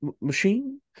machine